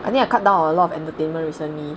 I need to cut down a lot of entertainment recently